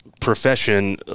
profession